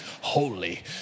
holy